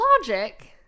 logic